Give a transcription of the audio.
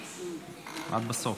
--- את בסוף.